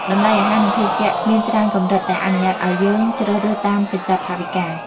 តម្លៃអាហារ និងភេសជ្ជៈមានច្រើនកម្រិត ដែលអនុញ្ញាតឱ្យយើងជ្រើសរើសតាមកញ្ចប់ថវិកា។